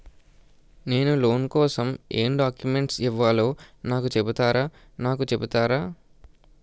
నేను లోన్ కోసం ఎం డాక్యుమెంట్స్ ఇవ్వాలో నాకు చెపుతారా నాకు చెపుతారా?